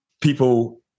people